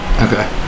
Okay